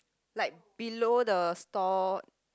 like below the store